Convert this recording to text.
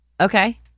Okay